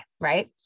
right